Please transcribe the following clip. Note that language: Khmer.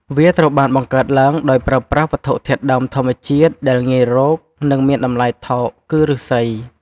វាត្រូវបានបង្កើតឡើងដោយប្រើប្រាស់វត្ថុធាតុដើមធម្មជាតិ ដែលងាយរក និងមានតម្លៃថោក គឺឬស្សី។